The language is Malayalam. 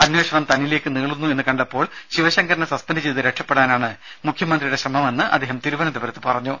അന്വേഷണം തന്നിലേക്ക് നീളുന്നു എന്ന് കണ്ടപ്പോൾ ശിവശങ്കരനെ സസ്പെന്റ് ചെയ്ത് രക്ഷപ്പടാനാണ് മുഖ്യമന്ത്രിയുടെ ശ്രമമെന്ന് അദ്ദേഹം തിരുവനന്തപുരത്ത് പറഞ്ഞു